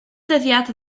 dyddiad